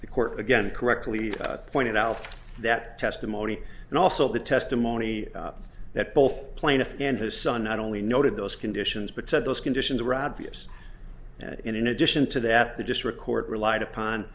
the court again correctly pointed out that testimony and also the testimony that both plaintiff and his son not only noted those conditions but said those conditions were obvious and in addition to that the district court relied upon